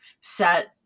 set